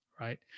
right